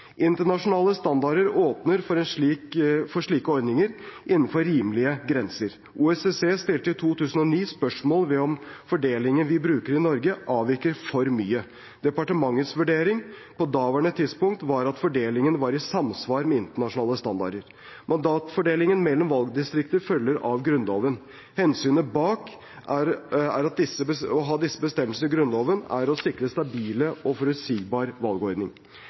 Internasjonale standarder åpner for slike ordninger innenfor rimelige grenser. OSSE stilte i 2009 spørsmål ved om fordelingen vi bruker i Norge, avviker for mye. Departementets vurdering på daværende tidspunkt var at fordelingen var i samsvar i internasjonale standarder. Mandatfordelingen mellom valgdistriktene følger av Grunnloven. Hensynet bak å ha disse bestemmelsene i Grunnloven er å sikre en stabil og forutsigbar valgordning.